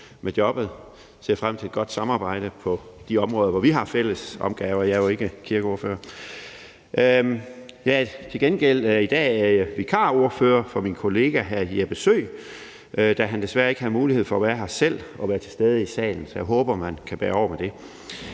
med jobbet. Jeg ser frem til et godt samarbejde på de områder, hvor vi har fælles opgaver; jeg er jo ikke kirkeordfører. Til gengæld er jeg i dag vikarordfører for min kollega hr. Jeppe Søe, da han desværre ikke havde mulighed for selv at være til stede her i salen, så jeg håber, man kan bære over med det.